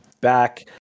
back